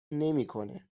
نمیکنه